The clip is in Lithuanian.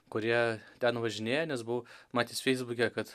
kurie ten važinėja nes buvau matęs feisbuke kad